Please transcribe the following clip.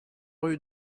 rue